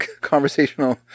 conversational